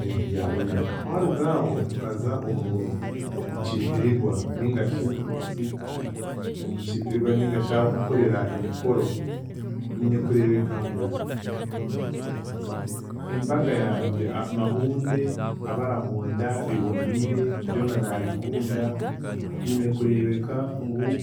Ebintu byabonera, twaruga aho tukaza omu- omukiitirigwa ningashi eki- omukiitirigwa ningashi ah'okukorera emikoro nyine kureebeka ngu, embaga yangye omahunde, abarahunda biboniire, byona naabikunda, nyine kurebeka ngu